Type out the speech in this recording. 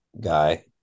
guy